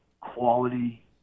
quality